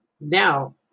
now